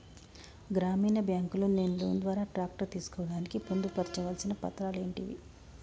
గ్రామీణ బ్యాంక్ లో నేను లోన్ ద్వారా ట్రాక్టర్ తీసుకోవడానికి పొందు పర్చాల్సిన పత్రాలు ఏంటివి?